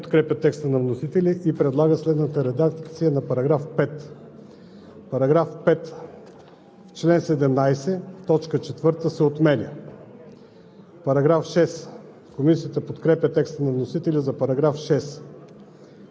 По § 5 има предложение от народния представител Константин Попов. Комисията подкрепя предложението. Комисията не подкрепя текста на вносителя и предлага следната редакция на § 5: „§ 5.